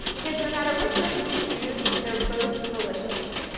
because no matter which method you choose, they're both delicious.